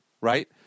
right